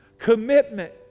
Commitment